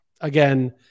again